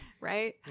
Right